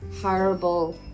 horrible